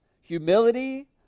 humility